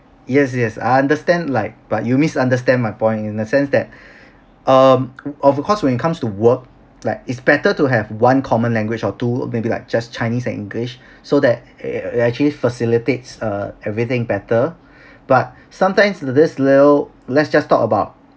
yes yes I understand like but you misunderstand my point in the sense that um of course when it comes to work like it's better to have one common language or two maybe like just chinese and english so that act~ actually facilitates uh everything better but sometimes this will let's just talk about